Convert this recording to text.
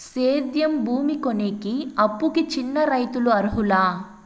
సేద్యం భూమి కొనేకి, అప్పుకి చిన్న రైతులు అర్హులా?